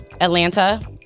Atlanta